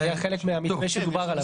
זה היה חלק מהמתווה שדובר עליו.